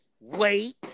wait